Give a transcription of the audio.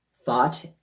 thought